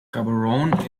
gaborone